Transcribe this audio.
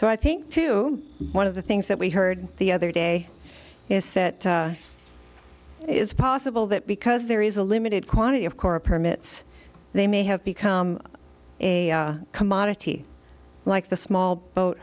so i think to one of the things that we heard the other day is set is possible that because there is a limited quantity of korra permits they may have become a commodity like the small boat